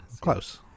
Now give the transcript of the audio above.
Close